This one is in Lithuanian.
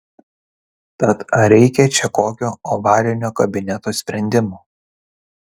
tad ar reikia čia kokio ovalinio kabineto sprendimo